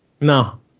no